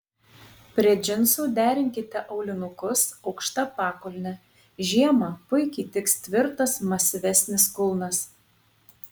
prie džinsų derinkite aulinukus aukšta pakulne žiemą puikiai tiks tvirtas masyvesnis kulnas